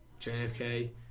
JFK